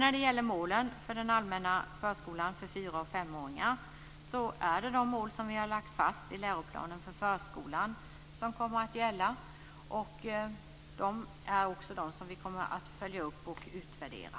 När det gäller målen för den allmänna förskolan för fyra och femåringar är det de mål som vi har lagt fast i läroplanen för förskolan som kommer att gälla. Det är också de som vi kommer att följa upp och utvärdera.